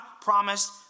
promised